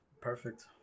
Perfect